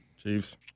Chiefs